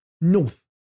North